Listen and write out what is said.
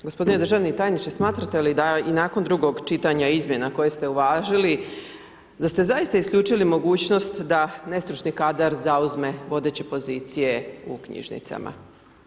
Gospodine državni tajniče, smatrate li da i nakon drugog čitanja izmjena koje ste uvažili, da ste zaista isključili mogućnost da nestručni kadar zauzme vodeće pozicije u knjižnicama?